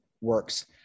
works